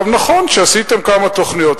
נכון שעשיתם כמה תוכניות.